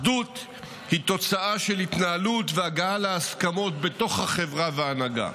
אחדות היא תוצאה של התנהלות והגעה להסכמות בתוך החברה וההנהגה.